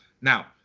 Now